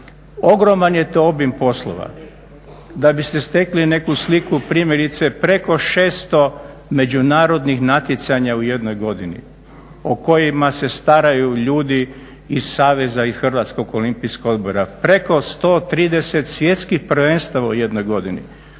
Ogroman je to obim poslova. Da biste stekli neku sliku, primjerice preko 600 međunarodnih natjecanja u jednoj godini o kojima se staraju ljudi iz saveza iz Hrvatskog olimpijskog odbora. Preko 130 svjetskih prvenstava prvenstava u jednoj godini,